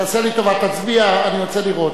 תעשה לי טובה, תצביע, אני רוצה לראות.